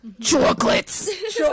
Chocolates